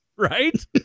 Right